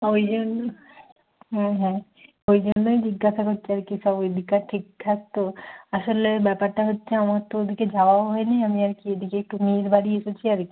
ওই জন্যে হুম হুম ওই জন্যেই জিজ্ঞাসা করছি আর কি সব ওই দিককার ঠিক ঠাক তো আসলে ব্যাপারটা হচ্ছে আমার তো ওদিকে যাওয়াও হয় নি আমি আর কি এদিকে একটু মেয়ের বাড়ি এসেছি আর কি